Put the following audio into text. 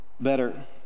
Better